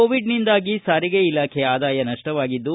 ಕೋವಿಡ್ನಿಂದಾಗಿ ಸಾರಿಗೆ ಇಲಾಖೆ ಆದಾಯ ನಷ್ಟವಾಗಿದ್ದು